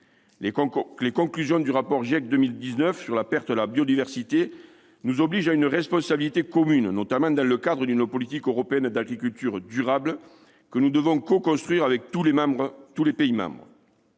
Les conclusions du rapport 2019 de l'IPBES sur la perte de la biodiversité nous obligent à une responsabilité commune, notamment dans le cadre d'une politique européenne d'agriculture durable que nous devons coconstruire avec tous les États membres.